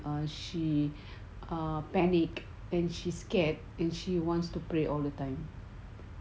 ah she ah panic and she scared and she wants to play all the time